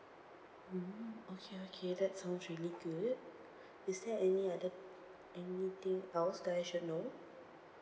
mm okay okay that sounds really good is there any other anything else that I should know